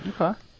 Okay